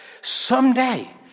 Someday